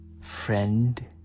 friend